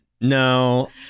No